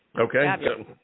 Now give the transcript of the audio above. Okay